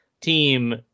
team